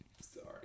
Sorry